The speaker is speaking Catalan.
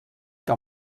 que